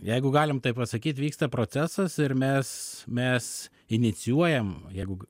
jeigu galim taip pasakyt vyksta procesas ir mes mes inicijuojam jeigu